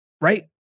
right